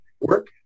work